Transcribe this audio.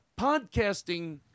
podcasting